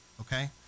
okay